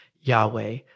Yahweh